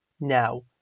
now